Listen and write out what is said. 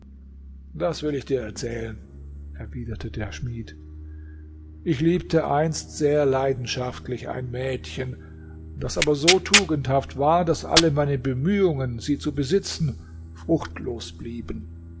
das will ich dir erzählen erwiderte der schmied ich liebte einst sehr leidenschaftlich ein mädchen das aber so tugendhaft war daß alle meine bemühungen sie zu besitzen fruchtlos blieben